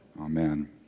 Amen